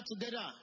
together